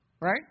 Right